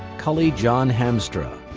culley john hamstra.